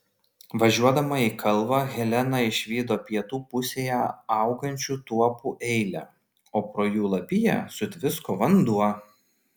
važiuodama į kalvą helena išvydo pietų pusėje augančių tuopų eilę o pro jų lapiją sutvisko vanduo